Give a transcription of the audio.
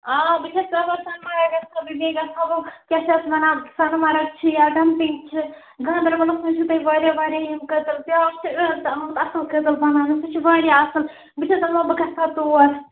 آ بہٕ چھَس دپان بیٚیہِ گَژھٕ ہا بہٕ کیٛاہ چھِ یَتھ وَنان سۄنہٕ مرٕگ چھِ یا ڈمپِنٛگ چھِ گانٛدر بَلس منٛز چھِو تۅہہِ وارِیاہ وارِیاہ یِم کٔدٕل بیٛاکھ چھُ آمُت اَصٕل کٔدٕل بَناونہٕ سُہ چھُ وارِیاہ اَصٕل بہٕ چھَس دَپان بہٕ گَژھٕ ہا تور